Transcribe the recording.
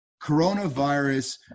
coronavirus